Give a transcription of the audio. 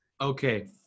Okay